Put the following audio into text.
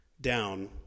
down